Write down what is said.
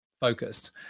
focused